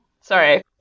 Sorry